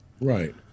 Right